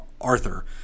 Arthur